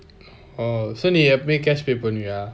oh so நீ எப்பொவுமே:nee eppovumae cash pay பன்னுவியா:pannuviya